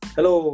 Hello